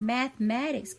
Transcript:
mathematics